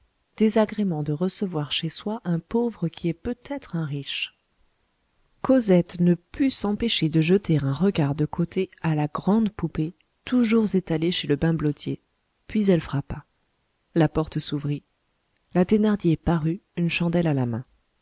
désagrément de recevoir chez soi un pauvre qui est peut-être un riche cosette ne put s'empêcher de jeter un regard de côté à la grande poupée toujours étalée chez le bimbelotier puis elle frappa la porte s'ouvrit la thénardier parut une chandelle à la main